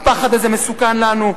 הפחד הזה מסוכן לנו.